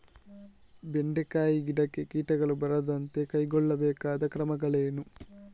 ಬೆಂಡೆಕಾಯಿ ಗಿಡಕ್ಕೆ ಕೀಟಗಳು ಬಾರದಂತೆ ಕೈಗೊಳ್ಳಬೇಕಾದ ಕ್ರಮಗಳೇನು?